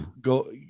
Go